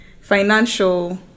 financial